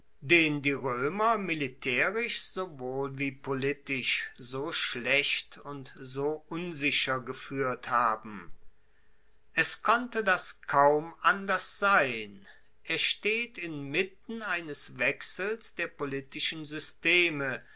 den die roemer militaerisch sowohl wie politisch so schlecht und so unsicher gefuehrt haben es konnte das kaum anders sein er steht inmitten eines wechsels der politischen systeme